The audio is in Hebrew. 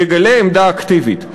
יגלה עמדה אקטיבית.